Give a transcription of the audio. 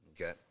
Okay